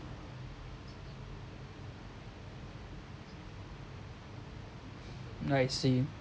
I see